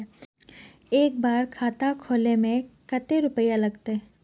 एक बार खाता खोले में कते रुपया लगते?